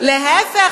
להיפך,